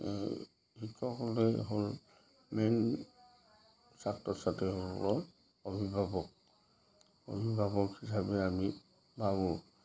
শিক্ষকসকলেই হ'ল মেইন ছাত্ৰ ছাত্ৰীসকলৰ অভিভাৱক অভিভাৱক হিচাপে আমি ভাবোঁ